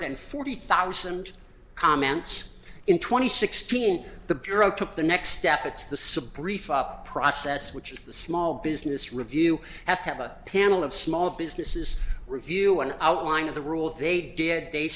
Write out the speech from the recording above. than forty thousand comments in twenty sixteen the bureau took the next step it's the supreme process which is the small business review asked have a panel of small business is review an outline of the rules they did they